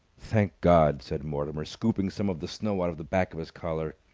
thank god! said mortimer, scooping some of the snow out of the back of his collar.